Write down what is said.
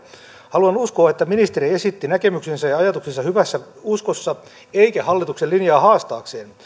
haluan uskoa että ministeri esitti näkemyksensä ja ajatuksensa hyvässä uskossa eikä hallituksen linjaa haastaakseen